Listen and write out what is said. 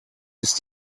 ist